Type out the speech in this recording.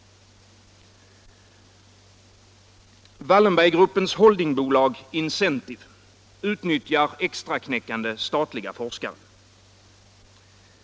Wallenberggruppens holdingbolag Incentive utnyttjar extraknäckande statliga forskare.